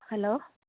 hello